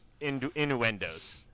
innuendos